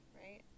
Right